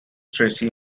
tracy